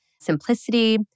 simplicity